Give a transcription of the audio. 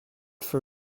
for